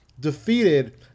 defeated